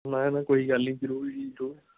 ਨਾ ਨਾ ਕੋਈ ਗੱਲ ਨਹੀਂ ਜ਼ਰੂਰ ਜੀ ਜ਼ਰੂਰ